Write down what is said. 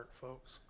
folks